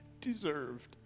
deserved